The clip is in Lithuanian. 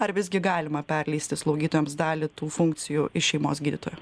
ar visgi galima perleisti slaugytojams dalį tų funkcijų iš šeimos gydytojo